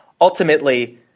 ultimately